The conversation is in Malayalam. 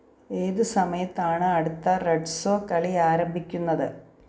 ഏത് സമയത്താണ് അടുത്ത റെഡ്സോ കളി ആരംഭിക്കുന്നത്